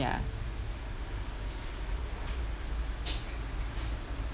ya